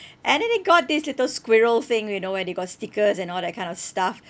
and then they got this little squirrel thing you know where they got stickers and all that kind of stuff